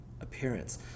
appearance